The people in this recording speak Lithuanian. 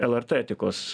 lrt etikos